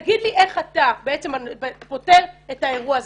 תגיד לי איך אתה פותר את האירוע הזה.